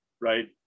right